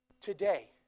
today